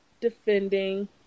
defending